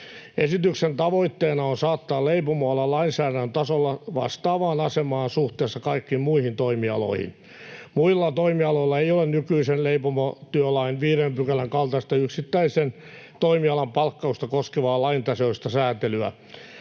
Esityksen tavoitteena on saattaa leipomoala lainsäädännön tasolla vastaavaan asemaan suhteessa kaikkiin muihin toimialoihin. Muilla toimialoilla ei ole nykyisen leipomotyölain 5 §:n kaltaista yksittäisen toimialan palkkausta koskevaa laintasoista sääntelyä.